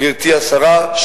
גברתי השרה,